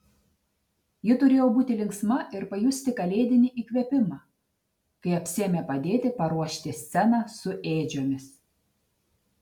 ji turėjo būti linksma ir pajusti kalėdinį įkvėpimą kai apsiėmė padėti paruošti sceną su ėdžiomis